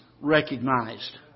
recognized